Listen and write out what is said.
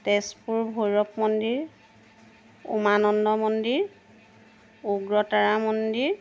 তেজপুৰ ভৈৰৱ মন্দিৰ উমানন্দ মন্দিৰ উগ্ৰতাৰা মন্দিৰ